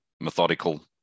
methodical